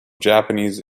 japanese